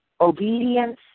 obedience